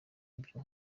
ibyo